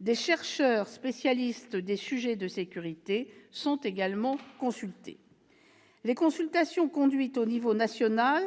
Des chercheurs, spécialistes des sujets de sécurité, sont également consultés. Les consultations conduites au niveau national